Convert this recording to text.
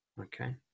Okay